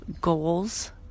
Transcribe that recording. goals